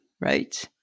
right